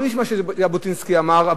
בלי מה שז'בוטינסקי אמר,